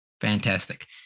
Fantastic